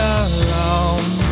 alone